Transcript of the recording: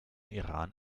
iran